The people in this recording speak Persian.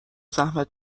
زحمت